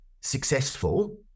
successful